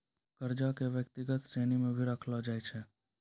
कर्जा क व्यक्तिगत श्रेणी म भी रखलो जाय छै